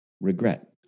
Regret